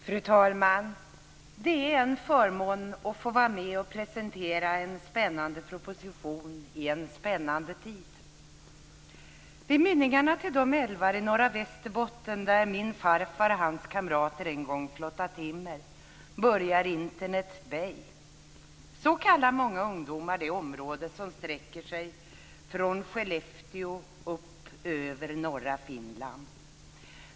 Fru talman! Det är en förmån att få vara med och presentera en spännande proposition i en spännande tid. Vid mynningarna till de älvar i norra Västerbotten där min farfar och hans kamrater en gång flottade timmer börjar nu Internet Bay. Så kallar många ungdomar det område som sträcker sig från Skellefteå upp över norra Finland.